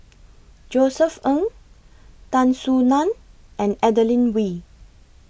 Josef Ng Tan Soo NAN and Adeline Ooi